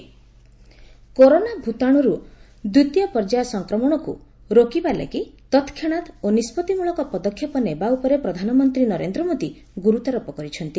PM CM corona ଭୂତାଣୁର ଦ୍ୱିତୀୟ ପର୍ଯ୍ୟାୟ ସଂକ୍ରମଣକୁ ରୋକିବା ଲାଗି ତତ୍କ୍ଷଣାତ୍ ଓ ନିଷ୍ପଭିମୂଳକ ପଦକ୍ଷେପ ନେବା ଉପରେ ପ୍ରଧାନମନ୍ତ୍ରୀ ନରେନ୍ଦ୍ର ମୋଦୀ ଗୁରୁତ୍ୱାରୋପ କରିଛନ୍ତି